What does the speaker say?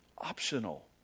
optional